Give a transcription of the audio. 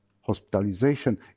hospitalization